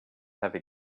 heavy